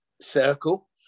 circle